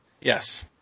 Yes